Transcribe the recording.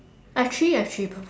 I've I've three purp~